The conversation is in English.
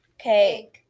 Okay